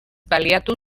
baliatu